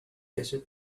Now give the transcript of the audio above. desert